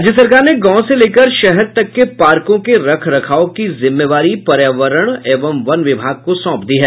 राज्य सरकार ने गांव से लेकर शहर तक के पार्को के रख रखाव की जिम्मेवारी पर्यावरण एवं वन विभाग को सौंप दी है